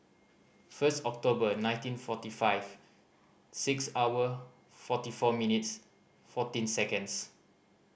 first October nineteen forty five six hour forty four minutes fourteen seconds